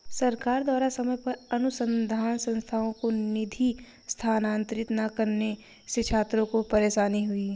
सरकार द्वारा समय पर अनुसन्धान संस्थानों को निधि स्थानांतरित न करने से छात्रों को परेशानी हुई